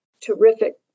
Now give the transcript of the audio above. terrific